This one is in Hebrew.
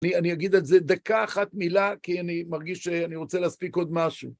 אני אגיד את זה דקה אחת מילה, כי אני מרגיש שאני רוצה להספיק עוד משהו.